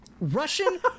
Russian